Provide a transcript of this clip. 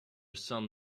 son